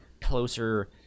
closer